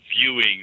viewing